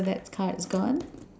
so that card is gone